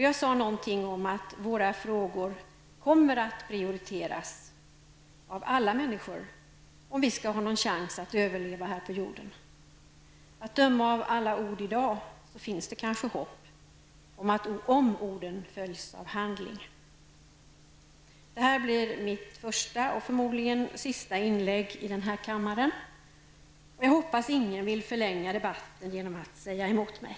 Jag sade då någonting om att våra frågor kommer att prioriteras av alla människor, om vi skall ha någon chans att överleva på jorden. Att döma av alla ord i dag finns det kanske hopp, om orden följs av handling. Detta blir mitt första och förmodligen sista inlägg i den här kammaren. Jag hoppas att ingen vill förlänga debatten genom att säga emot mig.